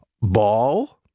Ball